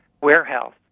warehouse